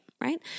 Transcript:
right